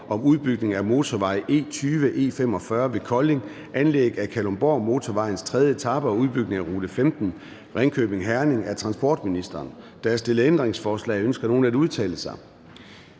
om udbygning af motorvej E20/E45 ved Kolding, anlæg af Kalundborgmotorvejens tredje etape og udbygning af rute 15, Ringkøbing-Herning. Af transportministeren (Thomas Danielsen). (Fremsættelse